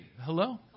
hello